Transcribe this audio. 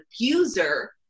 abuser